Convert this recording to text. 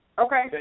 Okay